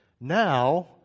Now